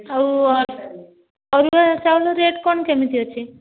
ଆଉ ଅରୁଆ ଚାଉଳ ରେଟ୍ କ'ଣ କେମିତି ଅଛି